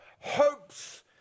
hopes